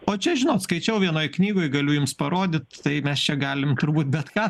o čia žinot skaičiau vienoj knygoj galiu jums parodyt tai mes čia galim turbūt bet ką